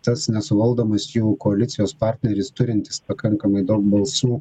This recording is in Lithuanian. tas nesuvaldomas jų koalicijos partneris turintis pakankamai daug balsų